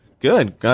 Good